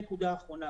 נקודה אחרונה,